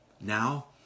now